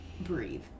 Breathe